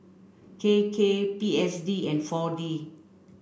K K P S D and four D